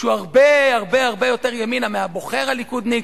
שהוא הרבה הרבה הרבה יותר ימינה מהבוחר הליכודניק,